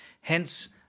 hence